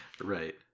Right